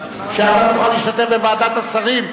שאתה תוכל להשתתף בוועדת השרים?